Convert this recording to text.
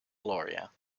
gloria